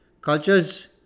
cultures